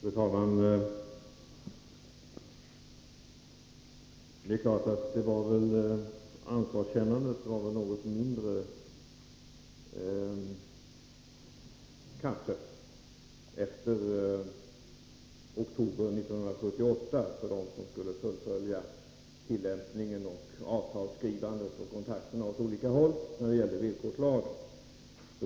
Fru talman! Ansvarskännandet var kanske något mindre efter oktober 1978 bland dem som skulle fullfölja tillämpningen, avtalsskrivandet och kontakten åt olika håll när det gäller villkorslagen.